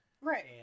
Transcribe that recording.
Right